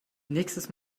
nächstes